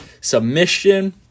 submission